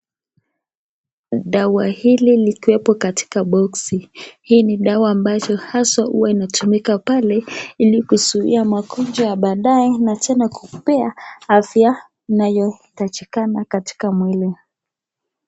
Dawa hili likiwepo katika boksi. Hii ni dawa ambazo haswa huwa inatumika pale ili kuzuia magonjwa ya baadaye na tena kukupea afya inayotakikana katika mwili.